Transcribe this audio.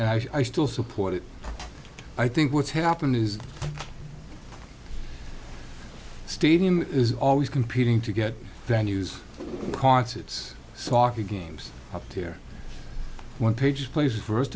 and i still support it i think what's happened is the stadium is always competing to get venues concerts soccer games up here one page places first